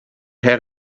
had